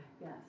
Yes